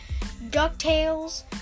DuckTales